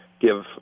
give